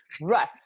right